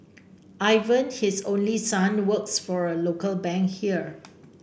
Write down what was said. Ivan his only son works for a local bank here